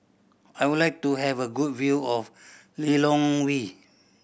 I would like to have a good view of Lilongwe